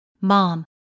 Mom